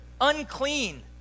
unclean